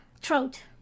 throat